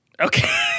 Okay